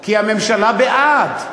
כי הממשלה בעד.